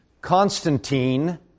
Constantine